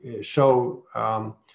show